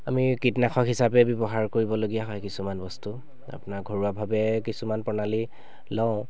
আমি কীটনাশক হিচাপে ব্যৱহাৰ কৰিবলগীয়া হয় কিছুমান বস্তু আপোনাৰ ঘৰুৱাভাৱে কিছুমান প্ৰণালী লওঁ